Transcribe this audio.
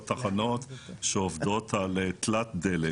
תחנות שעובדות על תלת-דלק: